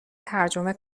ترجمه